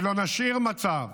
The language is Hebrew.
ולא נשאיר מצב